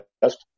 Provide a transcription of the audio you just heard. best